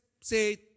say